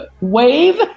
wave